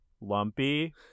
Lumpy